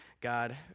God